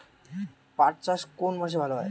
পাট চাষ কোন মাসে ভালো হয়?